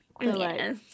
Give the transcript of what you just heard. Yes